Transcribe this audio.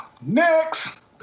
Next